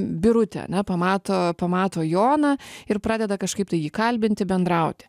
birutė ane pamato pamato joną ir pradeda kažkaip tai jį kalbinti bendrauti